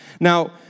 Now